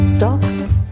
Stocks